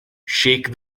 shake